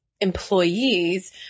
employees